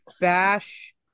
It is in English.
bash